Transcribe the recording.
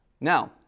Now